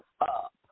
up